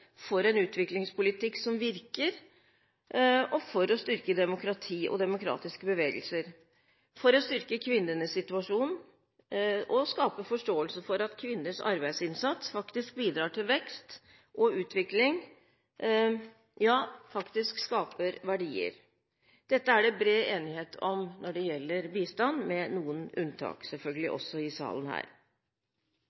sikre en utviklingspolitikk som virker, for å styrke demokrati og demokratiske bevegelser, for å styrke kvinnenes situasjon og skape forståelse for at kvinners arbeidsinnsats faktisk bidrar til vekst og utvikling, ja, faktisk skaper verdier. Dette er det bred enighet om når det gjelder bistand, med noen unntak – selvfølgelig